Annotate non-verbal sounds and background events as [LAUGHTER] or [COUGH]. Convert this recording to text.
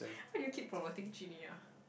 [BREATH] why do you keep promoting Jun-Yi ah